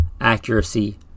accuracy